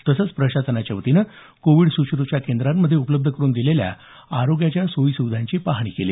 तसंच प्रशासनाच्यावतीनं covid care centre मध्ये उपलब्ध करून दिलेल्या आरोग्याच्या सोयी सुविधांची पाहणी केली